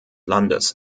landes